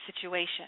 situation